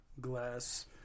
glass